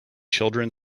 children